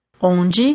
Onde